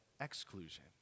exclusion